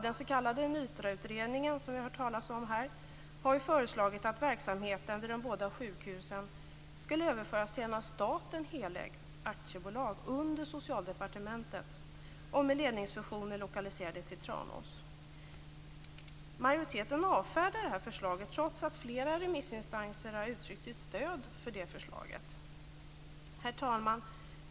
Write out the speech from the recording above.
Den s.k. NYTRA-utredningen, som vi har hört talas om här, har ju föreslagit att verksamheten vid de båda sjukhusen skall överföras till ett av staten helägt aktiebolag under Socialdepartementet och med ledningsfunktionerna lokaliserade till Tranås. Majoriteten avfärdar detta, trots att flera remissinstanser har uttryckt sitt stöd för det förslaget. Herr talman!